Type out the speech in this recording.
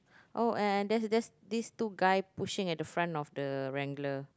oh and and there's there's these two guy pushing at the front of the wrangler